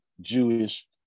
jewish